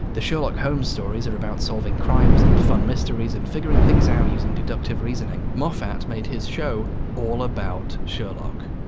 the sherlock holmes stories are about solving crimes and fun mysteries and figuring things out using deductive reasoning. moffat made his show all about sherlock.